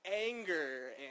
anger